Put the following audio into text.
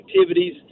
activities